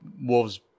Wolves